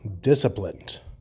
disciplined